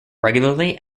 regularly